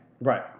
Right